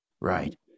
Right